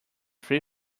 free